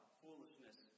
foolishness